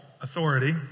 authority